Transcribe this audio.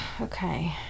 Okay